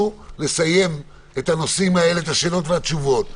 אנחנו נסיים את הנושאים האלה, את השאלות והתשובות.